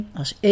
als